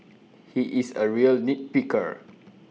he is A real nit picker